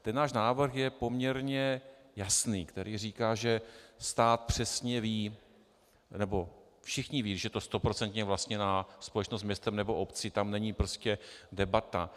Ten náš návrh je poměrně jasný, říká, že stát přesně ví, nebo všichni vědí, že to je stoprocentně vlastněná společnost městem nebo obcí, tam není prostě debata.